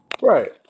Right